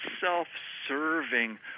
self-serving